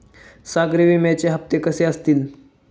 सागरी विम्याचे हप्ते कसे असतील?